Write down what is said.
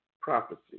prophecy